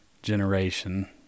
generation